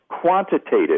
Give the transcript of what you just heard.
quantitative